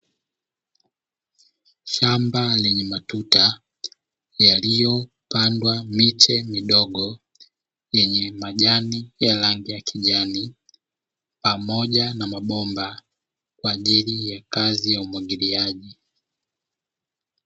Shamba lenye matuta yaliyopandwa miche midogo, yenye majani ya rangi ya kijani pamoja na mabomba kwa ajili ya kazi ya umwagiliaji.